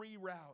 reroute